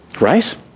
Right